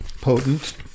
potent